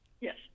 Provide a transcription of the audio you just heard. Yes